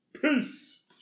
Peace